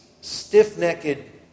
Stiff-necked